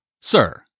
Sir